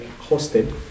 hosted